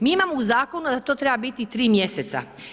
Mi imamo u zakonu da to treba biti 3 mjeseca.